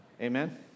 Amen